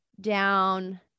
down